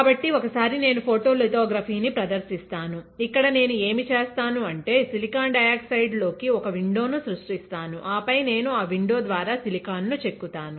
కాబట్టి ఒకసారి నేను ఫోటోలితోగ్రఫీ ను ప్రదర్శిస్తాను ఇక్కడ నేను ఏమి చేస్తాను అంటే సిలికాన్ డయాక్సైడ్ లోకి ఒక విండోను సృష్టిస్తాను ఆపై నేను ఆ విండో ద్వారా సిలికాన్ ను చెక్కు తాను